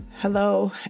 Hello